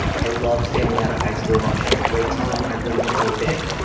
i loved failing out of high school. i had a great time. i really enjoyed it.